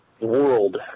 world